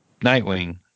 Nightwing